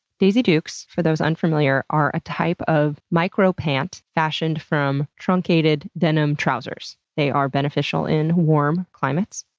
daisy dukes, for those unfamiliar, are a type of micropant fashioned from truncated denim trousers. they are beneficial in warm climates.